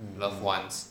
mm